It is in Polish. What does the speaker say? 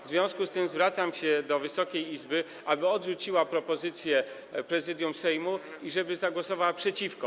W związku z tym zwracam się do Wysokiej Izby, aby odrzuciła propozycję Prezydium Sejmu i żeby zagłosowała przeciwko.